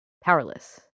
powerless